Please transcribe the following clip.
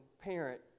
parent